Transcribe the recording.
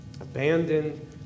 abandoned